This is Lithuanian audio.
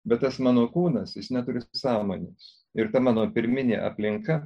bet tas mano kūnas jis neturi sąmonės ir ta mano pirminė aplinka